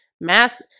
mass